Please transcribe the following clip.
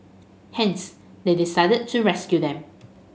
hence they decided to rescue them